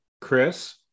Chris